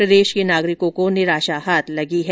प्रदेश के नागरिकों को निराशा हाथ लगी है